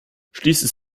schließlich